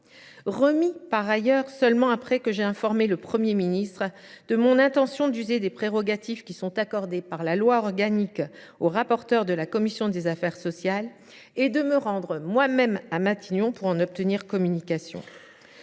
mois… Par ailleurs, il ne l’a été qu’après que j’eusse informé le Premier ministre de mon intention d’user des prérogatives accordées par la loi organique aux rapporteurs de la commission des affaires sociales afin de me rendre en personne à Matignon pour en obtenir communication.